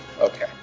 Okay